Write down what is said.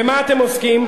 במה אתם עוסקים,